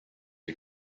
who